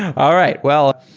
all right. well,